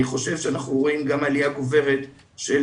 אני חושב שאנחנו רואים גם עלייה גוברת של